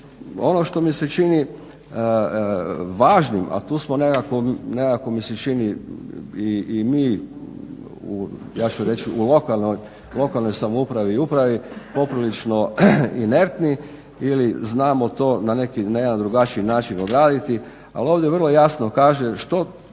Ono što mi se čini važnim, a tu smo nekako mi se čini i mi u lokalnoj samoupravi i upravi poprilično inertni ili znamo to na jedan drugačiji odraditi, ali ovdje vrlo jasno kaže što